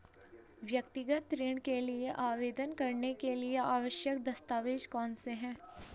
व्यक्तिगत ऋण के लिए आवेदन करने के लिए आवश्यक दस्तावेज़ कौनसे हैं?